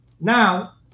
Now